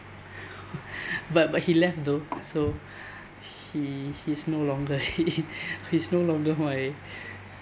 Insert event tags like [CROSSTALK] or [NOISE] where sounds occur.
but but he left though so he he's no longer he he's [LAUGHS] no longer my